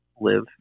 live